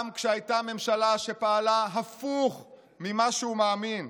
גם כשהייתה ממשלה שפעלה הפוך ממה שהוא מאמין.